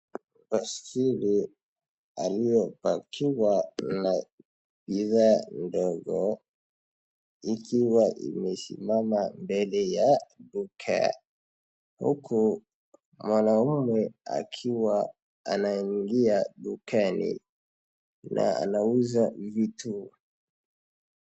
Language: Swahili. Baiskeli iliyopakiwa na bidhaa ndogo ikiwa imesimama mbele ya duka huku mwanaume akiwa anaingia dukani na anauza vitu.